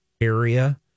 area